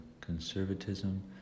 Conservatism